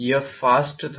यह फास्ट था